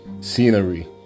scenery